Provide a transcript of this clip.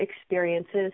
experiences